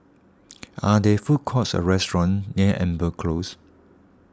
are there food courts or restaurants near Amber Close